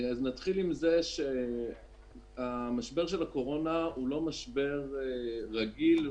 משבר הקורונה הוא לא משבר רגיל,